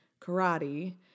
karate